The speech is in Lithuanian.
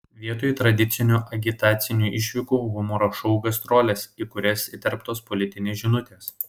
vietoj tradicinių agitacinių išvykų humoro šou gastrolės į kurias įterptos politinės žinutės